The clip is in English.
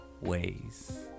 ways